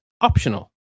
optional